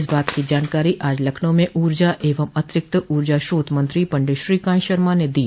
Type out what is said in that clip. इस बात की जानकारी आज लखनऊ में ऊर्जा एवं अतिक्ति ऊर्जा स्रोत मंत्री पंडित श्रीकांत शर्मा ने दी